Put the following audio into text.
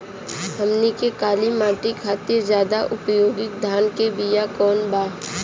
हमनी के काली माटी खातिर ज्यादा उपयोगी धान के बिया कवन बा?